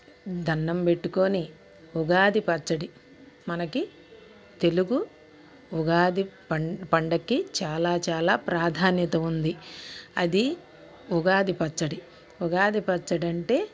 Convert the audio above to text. దండం పెట్టుకోని ఉగాది పచ్చడి మనకి తెలుగు ఉగాది పం పండక్కి చాలా చాలా ప్రాధాన్యత ఉంది అది ఉగాది పచ్చడి ఉగాది పచ్చడంటే